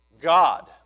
God